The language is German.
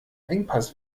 engpass